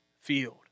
field